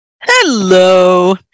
Hello